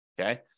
Okay